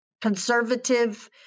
conservative